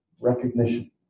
recognition